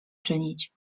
czynić